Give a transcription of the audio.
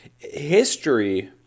history